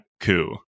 coup